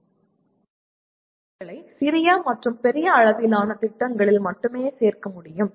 இந்த நடவடிக்கைகளை சிறிய மற்றும் பெரிய அளவிலான திட்டங்களில் மட்டுமே சேர்க்க முடியும்